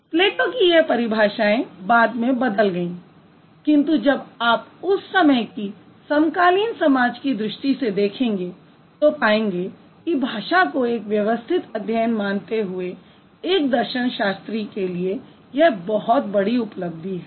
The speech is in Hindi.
प्लेटो की यह परिभाषाएँ बाद में बदल गईं किंतु जब आप उस समय की समकालीन समाज की दृष्टि से देखेंगे तो पाएंगे कि भाषा को एक व्यवस्थित अध्ययन मानते हुए एक दर्शन शास्त्री के लिए यह बहुत बड़ी उपलब्धि है